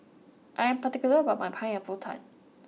I am particular about my pineapple Tart